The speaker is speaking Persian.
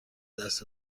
دست